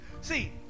See